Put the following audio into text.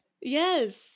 Yes